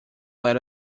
let